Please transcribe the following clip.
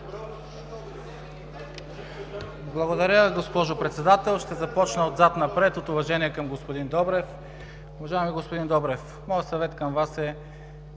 Благодаря, госпожо Председател. Ще започна отзад напред от уважение към господин Добрев. Уважаеми господин Добрев, моят съвет към Вас е: